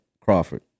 Crawford